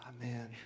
Amen